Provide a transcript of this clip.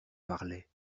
parlait